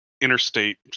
interstate